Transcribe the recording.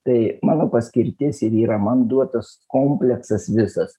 tai mano paskirtis ir yra man duotas kompleksas visas